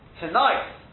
Tonight